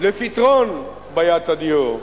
לפתרון בעיית הדיור,